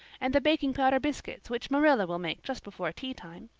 and the baking-powder biscuits which marilla will make just before teatime.